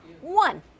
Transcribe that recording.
One